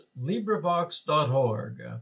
LibriVox.org